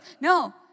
No